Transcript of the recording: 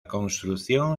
construcción